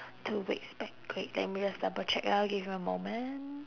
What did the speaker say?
two weeks back K let me just double check ah give me a moment